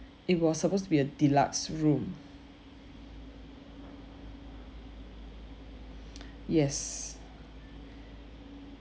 it was supposed to be a deluxe room yes